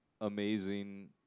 amazing